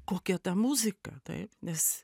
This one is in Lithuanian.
kokia ta muzika taip nes